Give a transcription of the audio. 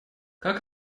как